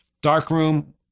Darkroom